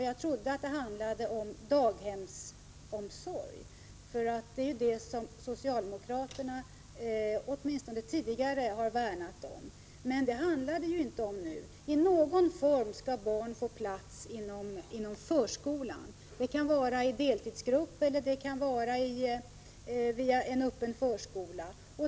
Jag trodde att det handlade om daghemsomsorg— det är ju vad socialdemokraterna åtminstone tidigare har värnat om. Men det handlar inte om detta nu. I stället skall barn få plats inom förskolan — det kan vara i deltidsgrupp eller i en öppen förskola.